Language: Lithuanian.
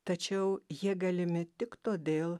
tačiau jie galimi tik todėl